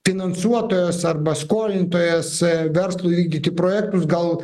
finansuotojos arba skolintojos verslui vykdyti projektus gal